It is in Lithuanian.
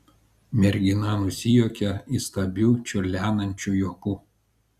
mergina nusijuokė įstabiu čiurlenančiu juoku